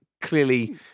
clearly